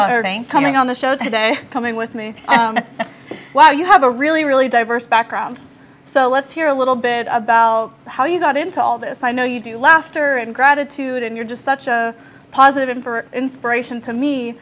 me coming on the show today coming with me while you have a really really diverse background so let's hear a little bit about how you got into all this i know you do laughter and gratitude and you're just such a positive in for inspiration to me